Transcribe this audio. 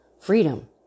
freedom